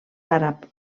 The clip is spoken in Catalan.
àrab